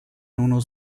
unos